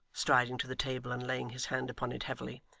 striding to the table, and laying his hand upon it heavily.